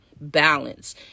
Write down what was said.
balance